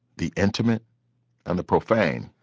the intimate and the profane,